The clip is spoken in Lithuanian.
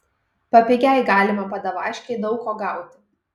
papigiaj galima padavaškėj daug ko gauti